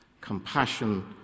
compassion